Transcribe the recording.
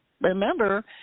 Remember